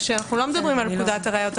אנחנו לא מדברים על פקודת הראיות.